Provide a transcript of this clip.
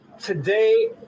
Today